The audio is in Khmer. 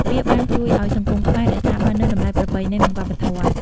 វាបានជួយឲ្យសង្គមខ្មែរ រក្សាបាននូវតម្លៃប្រពៃណី និងវប្បធម៌។